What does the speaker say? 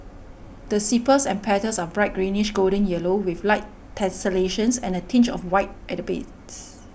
the sepals and petals are bright greenish golden yellow with light tessellations and a tinge of white at the base